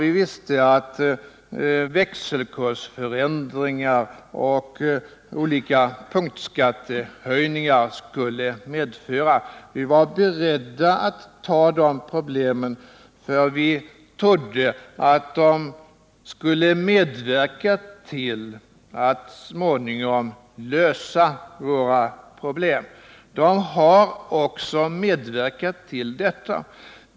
Vi visste att växelkursförändringar och olika punktskattehöjningar skulle medföra en del svårigheter, och vi var beredda att ta oss an dessa, eftersom vi trodde att våra åtgärder skulle medverka till att så småningom lösa de aktuella problemen. De har också haft en sådan effekt.